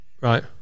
Right